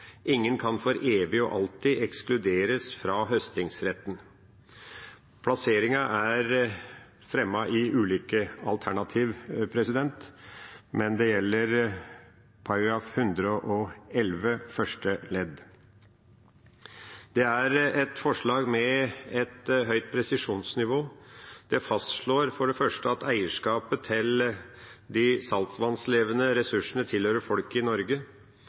Ingen kan for evig og alltid ekskluderes fra høstingsretten.» Plasseringen er fremmet i ulike alternativ, men det gjelder § 111 første ledd. Det er et forslag med et høyt presisjonsnivå. Det fastslår for det første at eierskapet til de saltvannslevende ressursene tilhører folk i Norge.